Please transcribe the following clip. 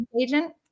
agent